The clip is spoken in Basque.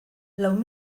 lau